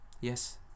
Yes